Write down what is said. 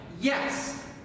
yes